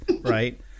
right